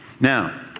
Now